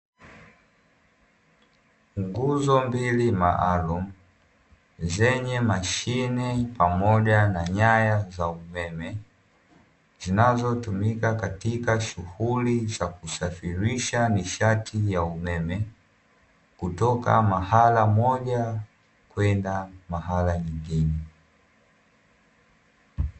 Nguzo mbili maalumu zenye mashine pamoja na nyaya za umeme, zinazotumika katika shughuli za kusafirisha nishati ya umeme kutoka sehemu moja kwenda sehemu nyingine.